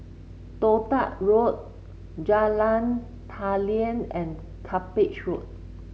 Toh Tuck Road Jalan Daliah and Cuppage Road